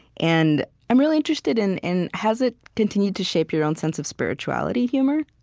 and i'm really interested in in has it continued to shape your own sense of spirituality, humor?